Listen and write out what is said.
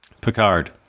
Picard